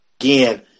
Again